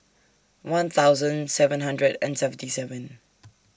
one thousand seven hundred and seventy seven